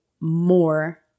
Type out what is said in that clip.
more